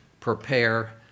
prepare